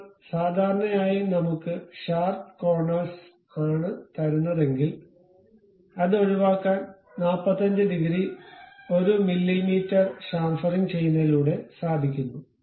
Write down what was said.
ഇപ്പോൾ സാധാരണയായിനമ്മുക്ക് sharp corners ആണ് തരുന്നതെങ്കിൽ അത് ഒഴിവാക്കാൻ 45 ഡിഗ്രി 1 മില്ലീമീറ്റർ ഷാംഫറിംഗ് ചെയ്യുന്നതിലൂടെ സാധിക്കുന്നു